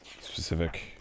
specific